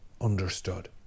understood